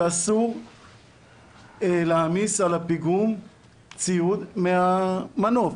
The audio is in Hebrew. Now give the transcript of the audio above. שאסור להעמיס על הפיגום ציוד מהמנוף.